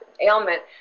ailment